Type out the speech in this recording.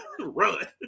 run